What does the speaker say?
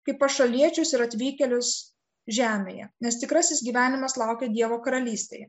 kaip pašaliečius ir atvykėlius žemėje nes tikrasis gyvenimas laukia dievo karalystėje